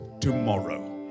tomorrow